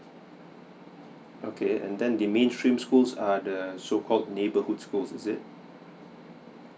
okay and then the mainstream schools are the so called neighbourhood schools is it